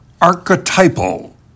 archetypal